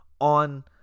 on